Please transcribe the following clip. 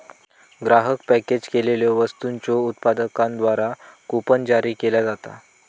ग्राहक पॅकेज केलेल्यो वस्तूंच्यो उत्पादकांद्वारा कूपन जारी केला जाता